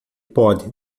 pode